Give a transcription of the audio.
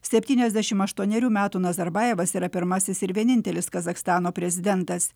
septyniasdešim aštuonerių metų nazarbajevas yra pirmasis ir vienintelis kazachstano prezidentas